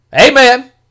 Amen